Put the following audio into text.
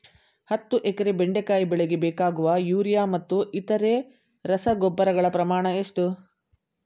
ಹತ್ತು ಎಕರೆ ಬೆಂಡೆಕಾಯಿ ಬೆಳೆಗೆ ಬೇಕಾಗುವ ಯೂರಿಯಾ ಮತ್ತು ಇತರೆ ರಸಗೊಬ್ಬರಗಳ ಪ್ರಮಾಣ ಎಷ್ಟು?